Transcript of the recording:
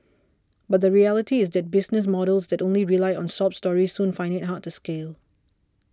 but the reality is that business models that only rely on sob stories soon find it hard to scale